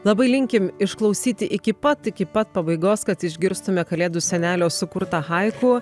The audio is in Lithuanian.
labai linkim išklausyti iki pat iki pat pabaigos kad išgirstume kalėdų senelio sukurtą haiku